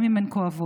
גם אם הן כואבות.